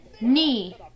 Knee